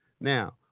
Now